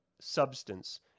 substance